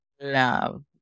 love